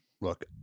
look